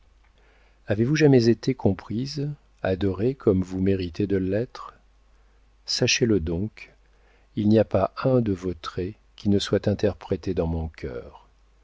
avez-vous jamais été comprise adorée comme vous méritez de l'être sachez-le donc il n'y a pas un de vos traits qui ne soit interprété dans mon cœur